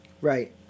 Right